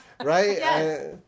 right